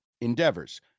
Endeavors